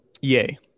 Yay